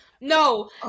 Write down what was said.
No